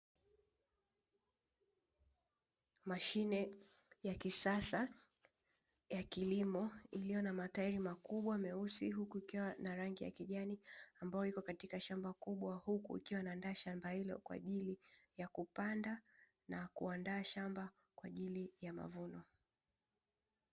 Mashine ya kisasa ya kilimo huku ikiwa na rangi ya kijani ambayo ipo katika shamba kubwa huku ikiwa inandaa shamba ilo kwa kupanda na kuandaa shamba kwa ajili ya mavuno